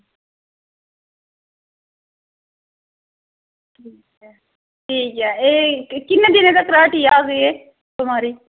एह् किन्ने दिन तगर हटी जाह्ग एह् बमारी